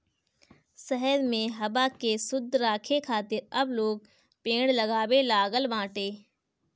शहर में हवा के शुद्ध राखे खातिर अब लोग पेड़ लगावे लागल बाटे